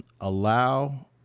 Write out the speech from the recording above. allow